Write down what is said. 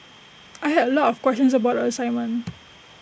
I had A lot of questions about the assignment